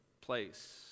place